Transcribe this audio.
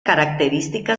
característica